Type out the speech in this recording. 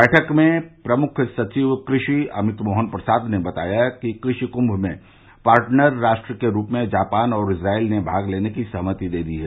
बैठक में प्रमुख सचिव कृषि अमित मोहन प्रसाद ने बताया कि कृषि कूम में पार्टनर राष्ट्र के रूप में जापान और इजराइल ने भाग लेने की सहमति दे दी है